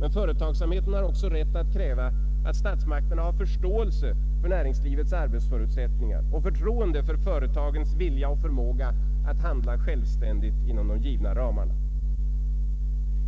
Men företagsamheten har också rätt att kräva att statsmakterna har förståelse för näringslivets arbetsförutsättningar och förtroende för företagens vilja och förmåga att handla självständigt inom de givna ramarna.